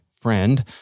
friend—